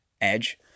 Edge